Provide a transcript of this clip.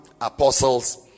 apostles